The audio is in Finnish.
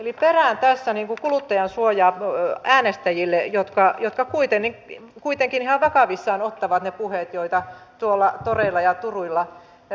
eli perään tässä kuluttajansuojaa äänestäjille jotka kuitenkin ihan vakavissaan ottavat ne puheet joita tuolla toreilla ja turuilla annetaan